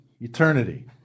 eternity